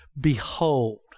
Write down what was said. Behold